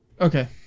okay